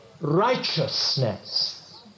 righteousness